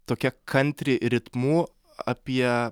tokia kantri ritmu apie